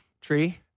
Tree